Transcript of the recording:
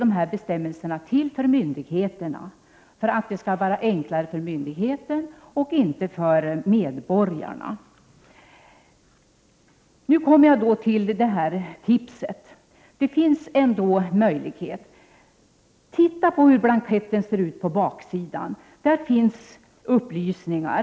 De här bestämmelserna är alltså till för myndigheterna, för att det skall vara enklare för dessa — inte för medborgarna. Så till mitt tips. Det finns trots allt en möjlighet att göra något. Studera hur blanketten ser ut på baksidan! Där finns det upplysningar.